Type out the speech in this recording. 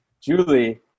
Julie